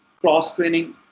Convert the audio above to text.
cross-training